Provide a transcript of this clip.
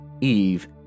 Eve